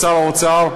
לשר האוצר,